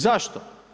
Zašto?